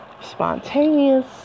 spontaneous